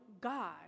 God